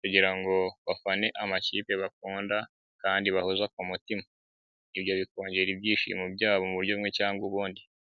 kugira ngo bafane amakipe bakunda kandi bahoza ku mutima, ibyo bikongera ibyishimo byabo mu buryo bumwe cyangwa ubundi.